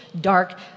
dark